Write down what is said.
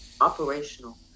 operational